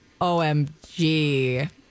OMG